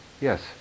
Yes